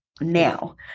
now